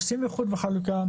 עושים איחוד וחלוקה,